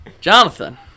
Jonathan